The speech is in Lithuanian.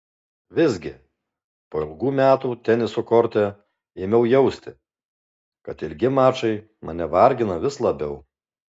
visgi po ilgų metų teniso korte ėmiau jausti kad ilgi mačai mane vargina vis labiau